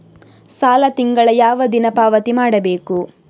ಸಾಲ ತಿಂಗಳ ಯಾವ ದಿನ ಪಾವತಿ ಮಾಡಬೇಕು?